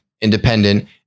independent